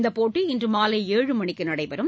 இந்தப் போட்டி இன்று மாலை ஏழு மணிக்கு நடைபெறும்